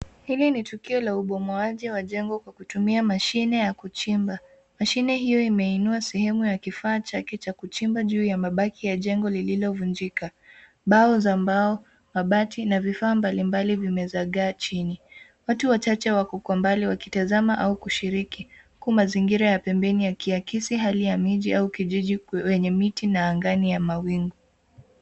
Hili ni tukio la ubomoaji wa jengo kwa kutumia mashine ya kuchimba. Mashine hio imeinua sehemu ya kifaa chake cha kuchimba juu ya mabaki ya jengo lililovunjika, mbao za mbao, mabati na vifaa mbalimbali vimezagaa chini. Watu wachache wako kwa mbali wakitazama au wakishiriki huku mazingira ya pembeni yakiakisi hali ya miji au kijiji yenye miti na angani mawingu.